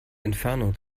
entfernung